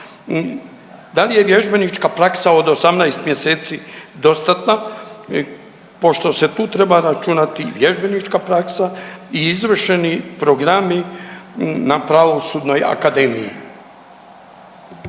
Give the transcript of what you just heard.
Da li je vježbenička praksa od 18 mjeseci dostatna pošto se tu treba računati vježbenička praksa i izvršeni programi na Pravosudnoj akademiji?